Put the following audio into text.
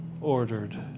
ordered